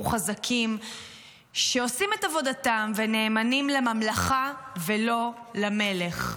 חזקים שעושים את עבודתם ונאמנים לממלכה ולא למלך.